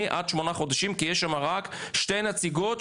עד שמונה חודשים כי יש שם רק שתי נציגות,